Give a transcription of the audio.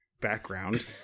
background